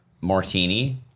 martini